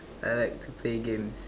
I like to play games